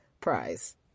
prize